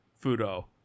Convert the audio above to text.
Fudo